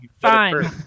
fine